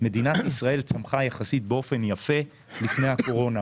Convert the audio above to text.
שמדינת ישראל צמחה יחסית באופן יפה לפני הקורונה,